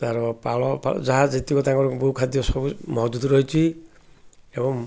ତା'ର ପାଳ ଯାହା ଯେତିକ ତାଙ୍କର ବହୁ ଖାଦ୍ୟ ସବୁ ମହଜୁଦ ରହିଛି ଏବଂ